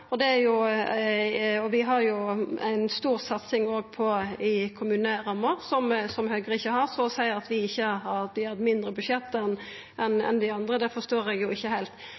har òg ei stor satsing på kommuneramma, som Høgre ikkje har. Så at ein kan seia at vi har eit mindre budsjett enn andre, forstår eg ikkje heilt. Når det gjeld at vi ikkje